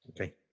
okay